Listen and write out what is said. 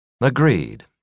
Agreed